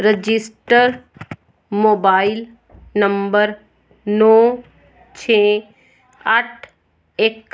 registered mobile number ਨੌਂ ਛੇ ਅੱਠ ਇੱਕ